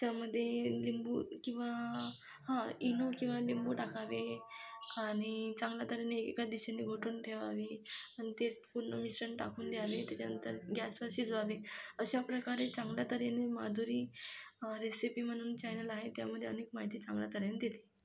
च्यामध्ये लिंबू किंवा हां इनो किंवा लिंबू टाकावे आणि चांगला तऱ्हेने एकाच दिशेनी घोटून ठेवावे आणि ते पूर्ण मिश्रण टाकून द्यावे त्याच्यानंतर गॅसवर शिजवावे अशा प्रकारे चांगल्या तऱ्हेने मादुरी रेसिपी म्हणून चॅनल आहे त्यामध्ये अनेक माहिती चांगल्या तऱ्हेने देते